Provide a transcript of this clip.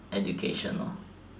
educational